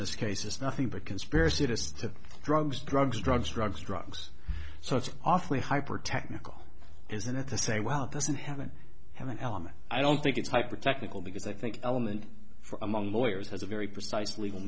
this case is nothing but conspiracy just to drugs drugs drugs drugs drugs so it's awfully hypertechnical isn't it to say well this isn't having have an element i don't think it's hyper technical because i think element among lawyers has a very precise legal